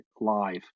live